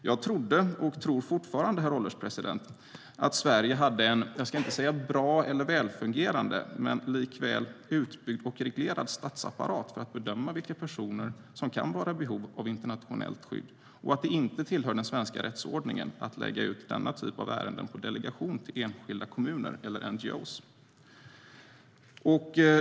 Jag trodde, och tror fortfarande, herr ålderspresident, att Sverige hade en jag ska inte säga bra eller välfungerande men likväl utbyggd och reglerad statsapparat för att bedöma vilka personer som kan vara i behov av internationellt skydd och att det inte tillhör den svenska rättsordningen att lägga ut denna typ av ärenden på delegation till enskilda kommuner och NGO:er.